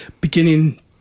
Beginning